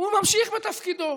והוא ממשיך בתפקידו.